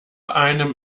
einem